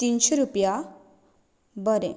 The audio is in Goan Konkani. तिनशें रुपया बरें